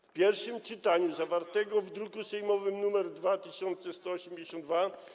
w pierwszym czytaniu zawartego w druku sejmowym nr 2182.